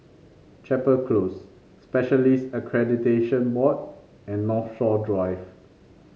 Chapel Close Specialists Accreditation Board and Northshore Drive